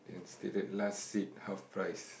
it stated last seat half price